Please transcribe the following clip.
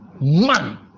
Man